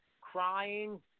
crying